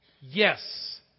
Yes